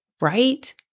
right